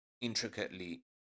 intricately